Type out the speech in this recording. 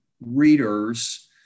readers